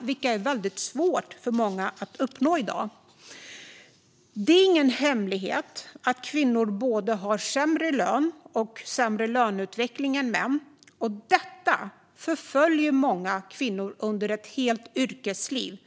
vilket är väldigt svårt för många att uppnå i dag. Det är ingen hemlighet att kvinnor har både sämre lön och sämre löneutveckling än män. Detta förföljer många kvinnor under ett helt yrkesliv.